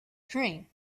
train